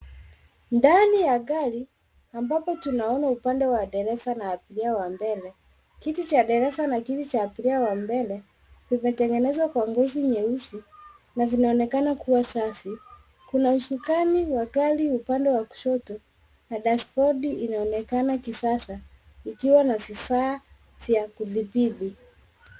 Ndani ya gari ambapo tunaona upande wa dereva na abiria wa mbele. Kiti cha dereva na kiti cha abiria wa mbele vimetengenezwa kwa ngozi nyeusi na vinaonekana kuwa safi, kuna usukani wa gari upande wa kushoto na dashibodi inaonekana ya kisasa ikiwa na vifaa vya kudhibiti.